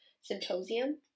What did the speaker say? Symposium